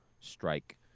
strike